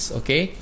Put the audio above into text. okay